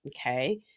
Okay